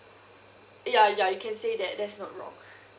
ya ya you can say that that's not wrong